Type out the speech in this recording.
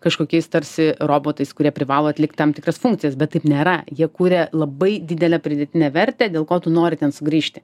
kažkokiais tarsi robotais kurie privalo atlikt tam tikras funkcijas bet taip nėra jie kuria labai didelę pridėtinę vertę dėl ko tu nori ten sugrįžti